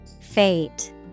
Fate